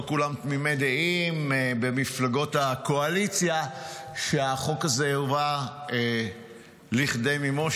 לא כולם תמימי דעים במפלגות הקואליציה שהחוק הזה יובא לכדי מימוש,